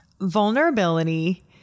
vulnerability